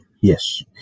yes